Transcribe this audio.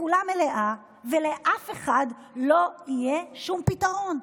בתחולה מלאה ולאף אחד לא יהיה שום פתרון.